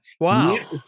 Wow